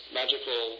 magical